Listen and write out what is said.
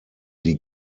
die